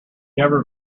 never